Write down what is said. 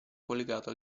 collegato